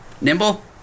Nimble